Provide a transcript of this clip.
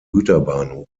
güterbahnhof